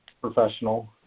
professional